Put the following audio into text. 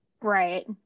Right